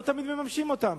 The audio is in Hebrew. ולא תמיד מממשים אותן.